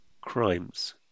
crimes